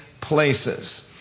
places